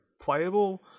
playable